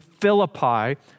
Philippi